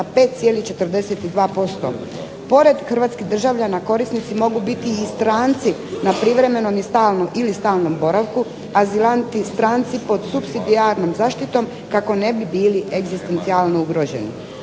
5,42% Pored hrvatskih državljana korisnici mogu biti i stranci na privremenom ili stalnom boravku, azilanti i stranci pod supsidijarnom zaštitom kako ne bi bili egzistencijalno ugroženi.